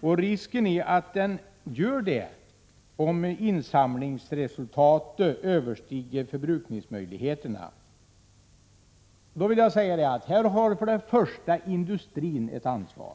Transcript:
Och risken finns att det händer, om insamlingsresultatet överstiger förbrukningsmöjligheterna. Industrin har här ett ansvar.